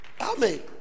Amen